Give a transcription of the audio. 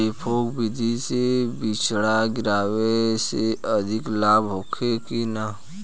डेपोक विधि से बिचड़ा गिरावे से अधिक लाभ होखे की न?